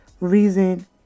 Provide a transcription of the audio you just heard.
reason